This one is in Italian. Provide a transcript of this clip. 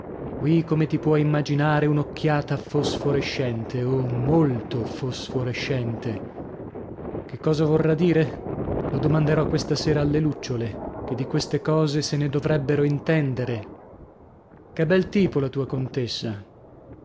qui come ti puoi immaginare un'occhiata fosforescente oh molto fosforescente che cosa vorrà dire lo domanderò questa sera alle lucciole che di queste cose se ne dovrebbero intendere che bel tipo la tua contessa